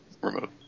remote